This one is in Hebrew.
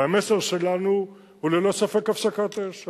והמסר שלנו הוא ללא ספק הפסקת אש.